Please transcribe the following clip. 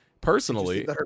Personally